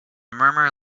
murmur